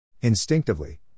Instinctively